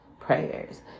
prayers